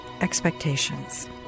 Expectations